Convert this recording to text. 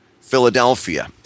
Philadelphia